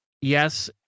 yes